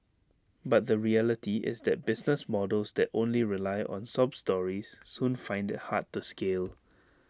but the reality is that business models that only rely on sob stories soon find IT hard to scale